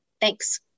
Thanks